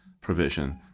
provision